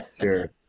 sure